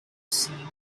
seemed